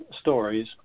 stories